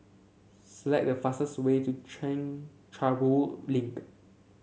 select the fastest way to Chencharu Link